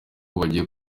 bajyiye